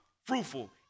fruitful